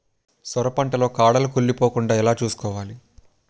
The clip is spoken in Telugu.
సొర పంట లో కాడలు కుళ్ళి పోకుండా ఎలా చూసుకోవాలి?